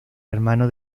hermano